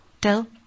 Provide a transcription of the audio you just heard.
tell